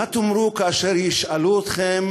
מה תאמרו כאשר ישאלו אתכם